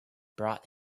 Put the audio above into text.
brought